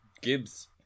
Gibbs